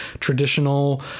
traditional